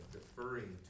deferring